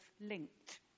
linked